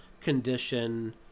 condition